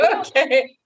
Okay